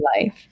life